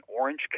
orange